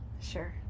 Sure